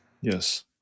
Yes